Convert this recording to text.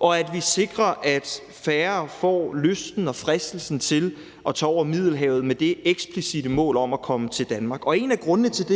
og at vi sikrer, at færre får lysten og fristelsen til at tage over Middelhavet med det eksplicitte mål om at komme til Danmark. Og en af grundene til